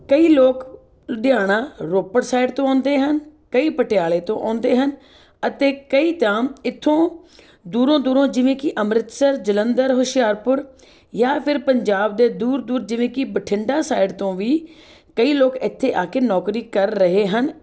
ਕਈ ਲੋਕ ਲੁਧਿਆਣਾ ਰੋਪੜ ਸਾਈਡ ਤੋਂ ਆਉਂਦੇ ਹਨ ਕਈ ਪਟਿਆਲੇ ਤੋਂ ਆਉਂਦੇ ਹਨ ਅਤੇ ਕਈ ਤਾਂ ਇੱਥੋਂ ਦੂਰੋਂ ਦੂਰੋਂ ਜਿਵੇਂ ਕਿ ਅੰਮ੍ਰਿਤਸਰ ਜਲੰਧਰ ਹੁਸ਼ਿਆਰਪੁਰ ਜਾਂ ਫਿਰ ਪੰਜਾਬ ਦੇ ਦੂਰ ਦੂਰ ਜਿਵੇਂ ਕਿ ਬਠਿੰਡਾ ਸਾਈਡ ਤੋਂ ਵੀ ਕਈ ਲੋਕ ਇੱਥੇ ਆ ਕੇ ਨੌਕਰੀ ਕਰ ਰਹੇ ਹਨ